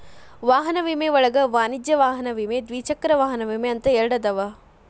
ವಾಹನ ವಿಮೆ ಒಳಗ ವಾಣಿಜ್ಯ ವಾಹನ ವಿಮೆ ದ್ವಿಚಕ್ರ ವಾಹನ ವಿಮೆ ಅಂತ ಎರಡದಾವ